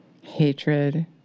hatred